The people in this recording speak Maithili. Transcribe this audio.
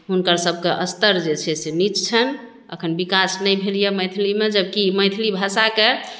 हुनकरसभके स्तर जे छै से नीच छैन्ह एखन विकास नहि भेलैए मैथिलीमे जे कि मैथिली भाषाके